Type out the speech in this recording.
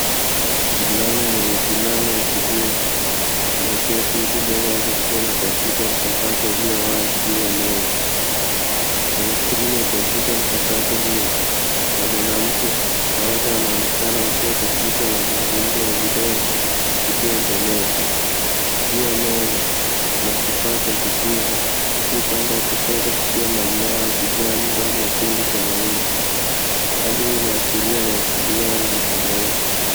Mvulana mwenye fulana ya kijivu ameketi huku mbele yake kukiwa na kompyuta mpakato iliyowazi juu ya meza. Kwenye skrini ya kompyuta mpakato hiyo, kuna mwanamke na wote wanaonekana wakiwa katika mazungumzo ya video kupitia intaneti. Juu ya meza, kuna kifaa cha kijivu huku upande wa kushoto kukiwa na mmea wa kijani ndani ya chungu cha maua. Hali hii inaashiria mawasiliano ya mtandaoni.